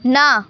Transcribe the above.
ਨਾ